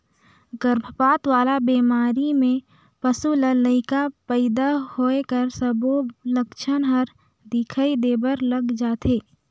गरभपात वाला बेमारी में पसू ल लइका पइदा होए कर सबो लक्छन हर दिखई देबर लग जाथे